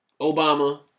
Obama